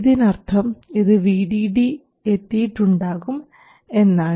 ഇതിനർത്ഥം ഇത് VDD എത്തിയിട്ടുണ്ടാകും എന്നാണ്